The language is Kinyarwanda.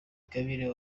ingabire